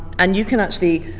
and you can actually,